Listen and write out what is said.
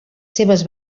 seves